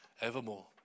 evermore